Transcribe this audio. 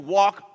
walk